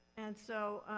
and so,